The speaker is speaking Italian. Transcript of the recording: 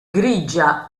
grigia